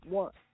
one